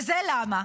וזה למה?